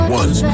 one